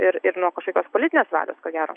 ir ir nuo kažkokios politinės valios ko gero